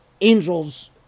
angels